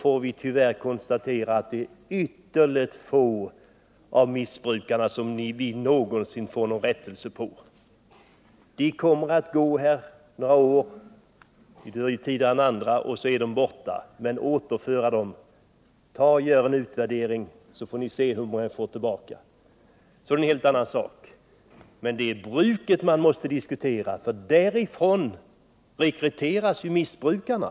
Men vi får tyvärr konstatera att det är ytterligt få av missbrukarna där vi någonsin får rättelse. De kommer att gå här några år, de dör tidigare än andra och sedan är de borta. Men hur är det med möjligheterna att återföra dem? Gör en utvärdering så får ni se hur många vi får tillbaka. Det är i stället bruket vi måste diskutera. Från brukarna rekryteras ju missbrukarna!